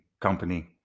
company